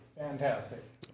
Fantastic